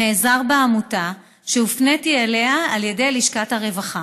נעזר בעמותה שהופניתי אליה על ידי לשכת הרווחה.